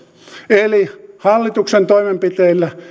eli hallituksen toimenpiteillä